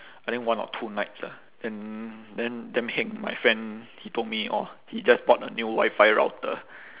I think one or two nights lah then damn damn heng my friend he told me orh he just bought a new wifi router